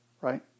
right